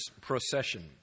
procession